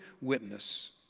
witness